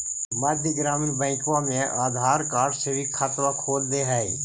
मध्य ग्रामीण बैंकवा मे आधार कार्ड से भी खतवा खोल दे है?